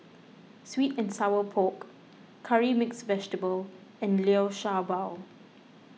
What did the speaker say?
Sweet and Sour Pork Curry Mixed Vegetable and Liu Sha Bao